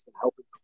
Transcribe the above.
helping